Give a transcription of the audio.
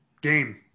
Game